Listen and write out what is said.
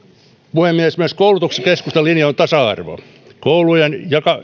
puhemies myös koulutuksessa keskustan linja on tasa arvo koulujen